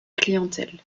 clientèle